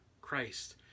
Christ